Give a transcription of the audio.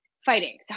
fighting